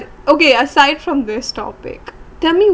okay aside from this topic tell me